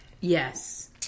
Yes